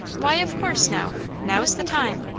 why, of course now! now's the time.